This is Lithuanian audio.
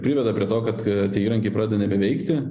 priveda prie to kad tie įrankiai pradeda nebeveikti